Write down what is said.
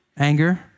anger